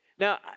Now